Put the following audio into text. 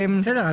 זה לא נכון.